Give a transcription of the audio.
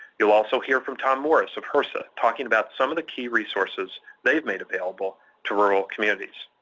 you'll also hear from tom morris of hrsa talking about some of the key resources they've made available to rural communities.